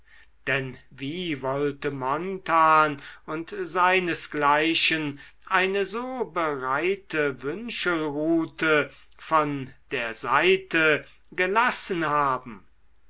denn wie wollte montan und seinesgleichen eine so bereite wünschelrute von der seite gelassen haben